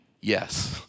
Yes